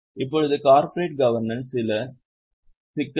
இப்போது கார்ப்பரேட் கவர்னன்ஸ்'சில் இன்னும் சில சிக்கல்கள்